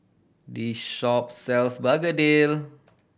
this shop sells begedil